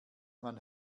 man